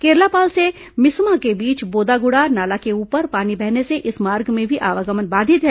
केरलापाल से मिसमा के बीच बोदागुड़ा नाला के ऊपर पानी बहने से इस मार्ग में भी आवागमन बाधित है